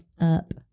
up